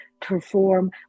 perform